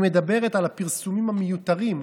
היא מדברת על הפרסומים המיותרים,